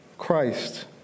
Christ